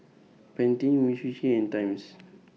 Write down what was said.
Pantene Umisushi and Times